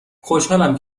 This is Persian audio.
خوشحالم